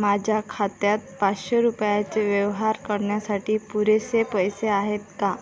माझ्या खात्यात पाचशे रुपयाचे व्यवहार करण्यासाठी पुरेसे पैसे आहेत का